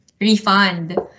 refund